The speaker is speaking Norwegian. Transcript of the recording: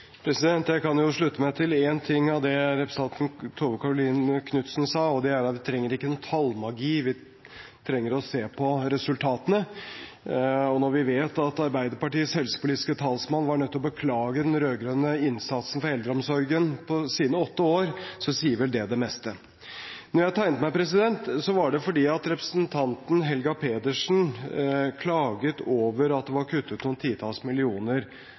at vi trenger ikke noen tallmagi. Vi trenger å se på resultatene. Når vi vet at Arbeiderpartiets helsepolitiske talsmann var nødt til å beklage den rød-grønne innsatsen for eldreomsorgen på sine åtte år, sier vel det det meste. Da jeg tegnet meg, var det fordi representanten Helga Pedersen klaget over at det var kuttet noen titalls millioner